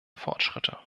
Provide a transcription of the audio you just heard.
fortschritte